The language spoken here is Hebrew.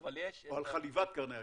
או על חליבת קרני השמש.